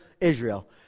Israel